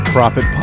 Profit